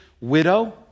widow